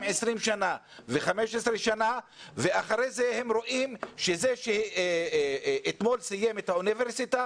20 שנה ו-15 שנה ואחרי זה הם רואים שזה שאתמול סיים את האוניברסיטה,